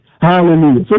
Hallelujah